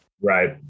Right